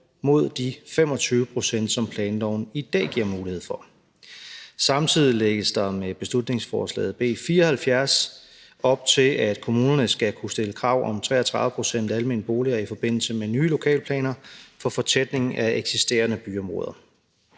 mod de 25 pct., som planloven i dag giver mulighed for. Samtidig lægges der med beslutningsforslag B 74 op til, at kommunerne skal kunne stille krav om 33 pct. almene boliger i forbindelse med nye lokalplaner for fortætning af eksisterende byområder.